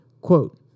Quote